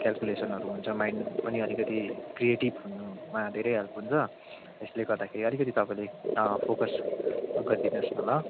क्यालकुलेसनहरू हुन्छ माइन्ड पनि अलिकति क्रिएटिभ हुनुमा धेरै हेल्प हुन्छ यसले गर्दाखेर अलिकति तपाईँले फोकस् गरिदिनुहोस् न ल